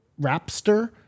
rapster